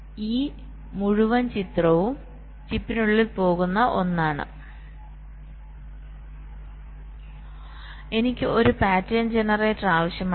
ഈ മുഴുവൻ ചിത്രവും തീർച്ചയായും ചിപ്പിനുള്ളിൽ പോകുന്ന ഒന്നാണ് എനിക്ക് ഒരു പാറ്റേൺ ജനറേറ്റർ ആവശ്യമാണ്